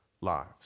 lives